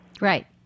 Right